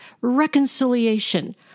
reconciliation